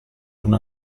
una